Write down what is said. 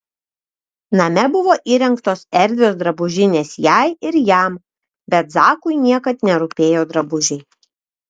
name buvo įrengtos erdvios drabužinės jai ir jam bet zakui niekad nerūpėjo drabužiai